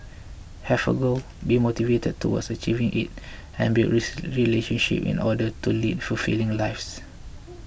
have a goal be motivated towards achieving it and build relationships in order to lead fulfilling lives